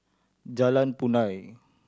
Jalan Punai